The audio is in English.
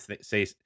say